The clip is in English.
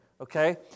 Okay